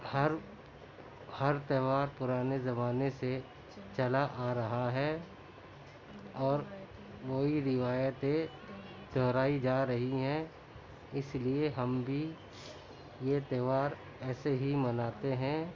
ہر ہر تیوہار پرانے زمانے سے چلا آ رہا ہے اور وہی روایتیں دوہرائی جا رہی ہیں اس لیے ہم بھی یہ تیوہار ایسے ہی مناتے ہیں